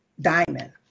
DIAMOND